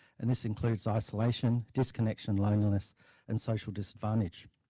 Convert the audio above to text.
and this includes isolation, disconnection, loneliness and social disadvantage,